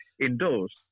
indoors